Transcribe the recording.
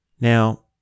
Now